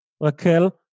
Raquel